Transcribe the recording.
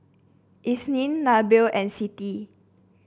Isnin Nabil and Siti